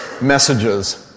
messages